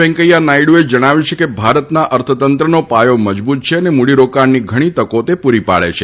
વૈકેંયા નાયડુએ જણાવ્યું છે કે ભારતના અર્થતંત્રનો પાયો મજબૂત છે અને તે મૂડીરોકાણની ઘણી તકો પૂરી પાડે છે